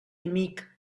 amic